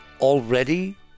already